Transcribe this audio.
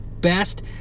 best